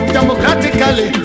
Democratically